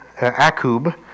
akub